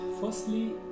Firstly